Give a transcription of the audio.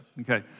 Okay